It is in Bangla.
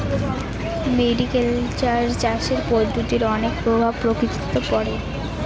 মেরিকালচার চাষের পদ্ধতির অনেক প্রভাব প্রকৃতিতে পড়ে